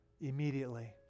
immediately